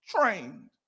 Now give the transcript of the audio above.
trained